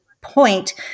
point